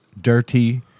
Dirty